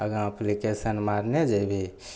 आगा अप्लीकेशन मारने जेबही